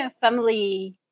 family